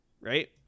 right